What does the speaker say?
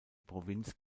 provinz